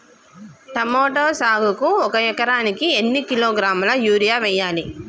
Tomato సాగుకు ఒక ఎకరానికి ఎన్ని కిలోగ్రాముల యూరియా వెయ్యాలి?